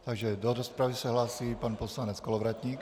Takže do rozpravy se hlásí pan poslanec Kolovratník.